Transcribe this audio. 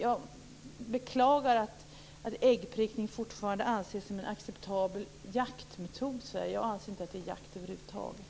Jag beklagar att äggprickning fortfarande anses som en acceptabel jaktmetod i Sverige. Jag anser inte att det är jakt över huvud taget.